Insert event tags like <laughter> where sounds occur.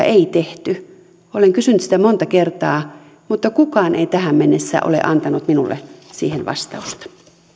<unintelligible> ei tehty olen kysynyt sitä monta kertaa mutta kukaan ei tähän mennessä ole antanut minulle siihen vastausta